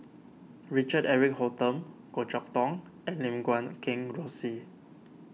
Richard Eric Holttum Goh Chok Tong and Lim Guat Kheng Rosie